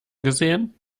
gesehen